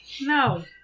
No